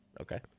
Okay